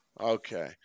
Okay